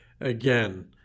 Again